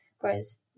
Whereas